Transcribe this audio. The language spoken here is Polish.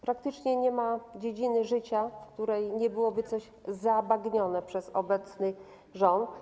Praktycznie nie ma dziedziny życia, w której coś nie byłoby zabagnione przez obecny rząd.